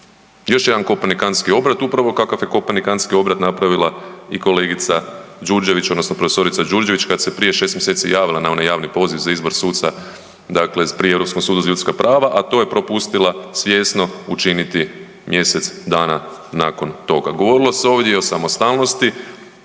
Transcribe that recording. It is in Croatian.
još jedan kopernikantski obrat upravo kakav je kopernikantski obrat napravila i kolegica Đurđević odnosno prof. Đurđević kad se prije 6 mjeseci javila na onaj javni poziv za izbor suca dakle pri Europskom sudu za ljudska prava, a to je propustila svjesno učiniti mjesec dana nakon toga. Govorilo se ovdje i o samostalnosti,